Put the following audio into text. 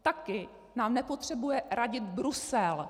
Také nám nepotřebuje radit Brusel.